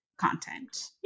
content